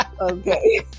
Okay